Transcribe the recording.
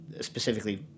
specifically